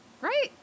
Right